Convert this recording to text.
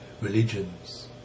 religions